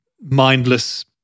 mindless